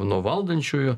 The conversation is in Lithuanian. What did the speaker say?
nuo valdančiųjų